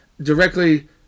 directly